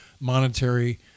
monetary